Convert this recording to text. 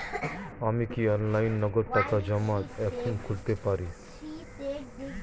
আমি কি অনলাইনে নগদ টাকা জমা এখন খুলতে পারি?